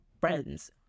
friends